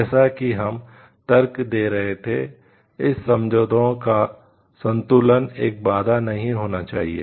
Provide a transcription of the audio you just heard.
जैसा कि हम तर्क दे रहे थे इस समझौते का संतुलन एक बाधा नहीं होना चाहिए